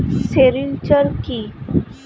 Sericulture কি?